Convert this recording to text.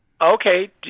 Okay